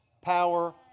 power